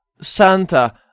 Santa